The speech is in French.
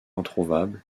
introuvable